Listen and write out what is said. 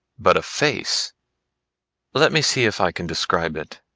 but a face let me see if i can describe it.